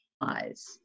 eyes